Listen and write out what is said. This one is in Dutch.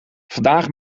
vandaag